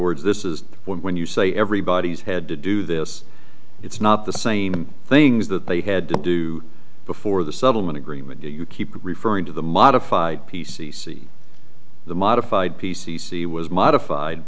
words this is when you say everybody's had to do this it's not the same things that they had to do before the settlement agreement do you keep referring to the modified p c c the modified p c c was modified